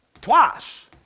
twice